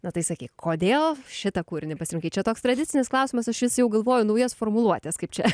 na tai sakyk kodėl šitą kūrinį pasirinkai čia toks tradicinis klausimas aš vis jau galvoju naujas formuluotes kaip čia